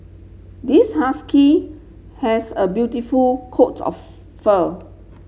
this husky has a beautiful coats of fur